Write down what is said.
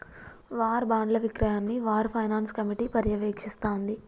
war బాండ్ల విక్రయాన్ని war finance committee పర్యవేక్షిస్తాంది